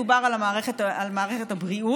בדיון בוועדת הכספים,